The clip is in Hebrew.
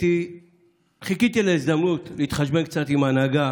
חיכיתי להזדמנות להתחשבן קצת עם ההנהגה